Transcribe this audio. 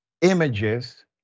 images